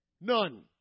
None